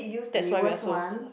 that's why we are so so